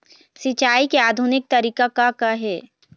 सिचाई के आधुनिक तरीका का का हे?